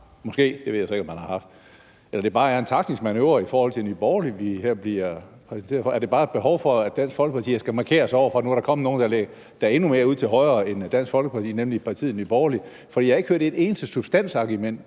haft – det ved jeg så ikke om man har haft – eller om det bare er en taktisk manøvre i forhold til Nye Borgerlige, vi her bliver præsenteret for? Er det bare et behov for, at Dansk Folkeparti skal markere sig, i forhold til at der nu er kommet nogle, der er endnu mere ude til højre end Dansk Folkeparti, nemlig partiet Nye Borgerlige? For jeg har endnu ikke hørt et eneste substansargument